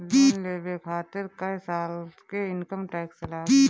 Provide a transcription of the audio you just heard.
Loan लेवे खातिर कै साल के इनकम टैक्स लागी?